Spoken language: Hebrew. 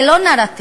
זה לא נרטיב,